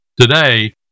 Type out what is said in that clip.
today